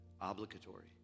obligatory